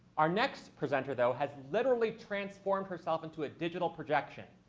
our next presenter, though, has literally transformed herself into a digital projection.